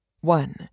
one